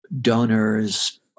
donors